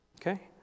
Okay